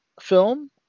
film